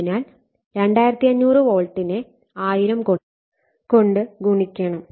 അതിനാൽ 2500 വോൾട്ടിനെ 1000 കൊണ്ട് ഗുണിക്കണം